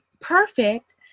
perfect